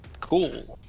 cool